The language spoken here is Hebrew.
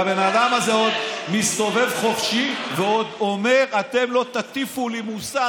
והבן אדם הזה עוד מסתובב חופשי ועוד אומר: אתם לא תטיפו לי מוסר.